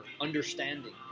understanding